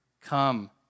Come